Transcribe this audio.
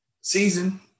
Season